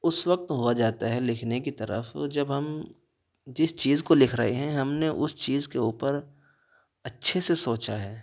اس وقت ہوا جاتا ہے لکھنے کی طرف جب ہم جس چیز کو لکھ رہے ہیں ہم نے اس چیز کے اوپر اچھے سے سوچا ہے